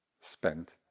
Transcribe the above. spent